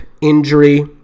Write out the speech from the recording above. injury